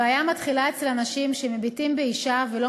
הבעיה מתחילה אצל אנשים שמביטים באישה ולא